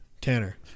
Tanner